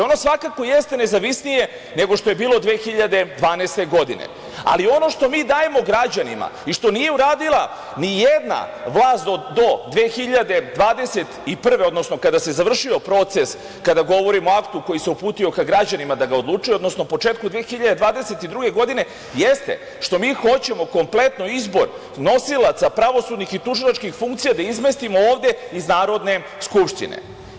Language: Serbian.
Ono svakako jeste nezavisnije nego što je bilo 2012. godine, ali ono što mi dajemo građanima i što nije uradila nijedna vlast do 2021, odnosno kada se završio proces, kada govorimo o aktu koji se uputio ka građanima da ga odlučuje, odnosno početkom 2022. godine, jeste što mi hoćemo kompletno izbor nosilaca pravosudnih i tužilačkih funkcija da izmestimo ovde iz Narodne skupštine.